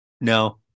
No